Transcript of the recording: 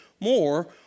more